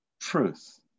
truth